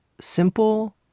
simple